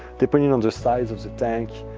depending on the size of the tank,